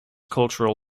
cultural